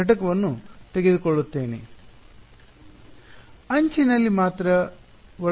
ವಿದ್ಯಾರ್ಥಿ ಒಳಗೆ ಅಂಚಿನಲ್ಲಿ ಮಾತ್ರ ಒಳಭಾಗದಲ್ಲಿ ಅಲ್ಲ